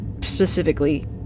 specifically